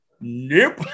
nope